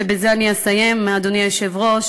ובזה אני אסיים, אדוני היושב-ראש.